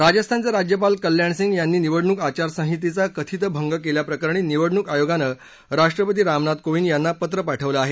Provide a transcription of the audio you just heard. राजस्थानचे राज्यपाल कल्याणसिंह यांनी निवडणूक आचारसंहितेचा कथित भंग केल्याच्या प्रकरणी निवडणूक आयोगानं राष्ट्रपती रामनाथ कोविंद यांना पत्र पाठवलं आहे